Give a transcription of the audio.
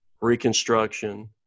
reconstruction